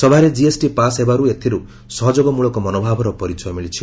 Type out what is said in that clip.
ସଭାରେ GST pass ହେବାରୁ ଏଥିରୁ ସହଯୋଗମଳକ ମନୋଭାବର ପରିଚୟ ମିଳିଛି